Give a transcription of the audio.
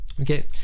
okay